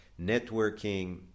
networking